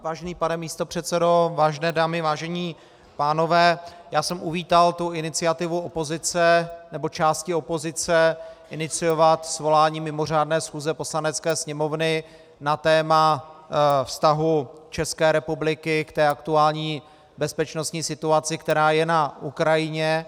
Vážený pane místopředsedo, vážené dámy, vážení pánové, já jsem uvítal tu iniciativu opozice, nebo části opozice, iniciovat svolání mimořádné schůze Poslanecké sněmovny na téma vztahu České republiky k té aktuální bezpečnostní situaci, která je na Ukrajině.